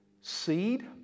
seed